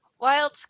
Wild